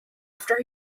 after